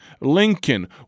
Lincoln